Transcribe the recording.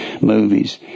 movies